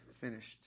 finished